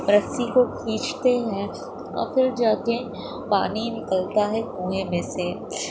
رسی کو کھینچتے ہیں اور پھر جا کے پانی نکلتا ہے کنویں میں سے